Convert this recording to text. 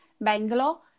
Bangalore